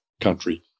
country